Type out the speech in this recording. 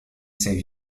save